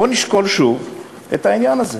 בוא נשקול שוב את העניין הזה